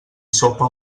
sopa